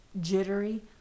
jittery